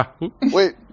Wait